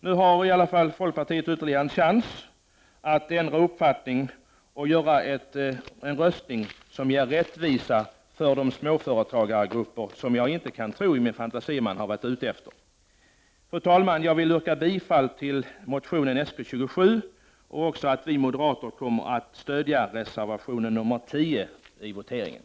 Nu har folkpartiet i alla fall ytterligare en chans att ändra uppfattning och göra en röstning som ger rättvisa åt de småföretagargrupper som jag inte i min fantasi kan tro att man har varit ute efter. Fru talman! Jag vill yrka bifall till motion Sk27. Vi moderater kommer att stödja reservationen 10 i voteringen.